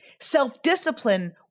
Self-discipline